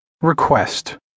Request